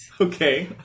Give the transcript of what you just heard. Okay